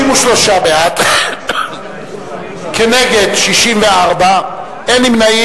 33 בעד, נגד 64, אין נמנעים.